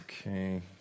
Okay